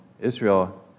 Israel